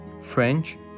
French